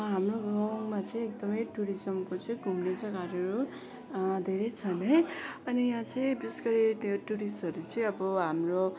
हाम्रो गाउँमा चाहिँ एकदमै टुरिज्मको चाहिँ घुम्ने जग्गाहरू धेरै छन् है अनि यहाँ चाहिँ विशेष गरी त्यो टुरिस्टहरू चाहिँ अब हाम्रो